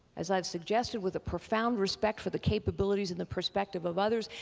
as i've suggested, with a profound respect for the capabilities and the perspective of others,